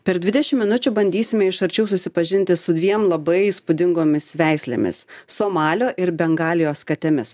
per dvidešimt minučių bandysime iš arčiau susipažinti su dviem labai įspūdingomis veislėmis somalio ir bengalijos katėmis